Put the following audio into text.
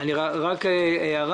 קודם כל,